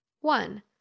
One